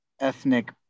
ethnic